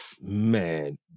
Man